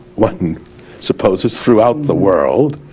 one supposes throughout the world,